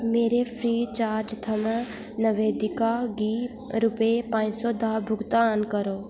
मेरे free charge थमां नवेदिका गी रपेऽ पंज सो दा भुगतान करो